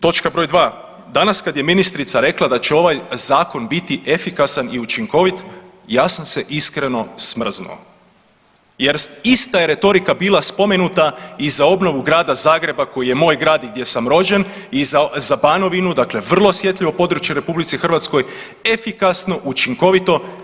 Točka br. 2, danas kad je ministrica rekla da će ovaj zakon biti efikasan i učinkovit ja sam iskreno smrznuo jer ista je retorika bila spomenuta i za obnovu Grada Zagreba koji je moj grad i gdje sam rođen i za Banovići, dakle vrlo osjetljivo područje u RH efikasno, učinkovito.